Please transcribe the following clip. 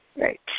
Right